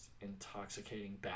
intoxicating